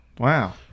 Wow